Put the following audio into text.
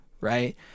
right